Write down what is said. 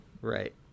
Right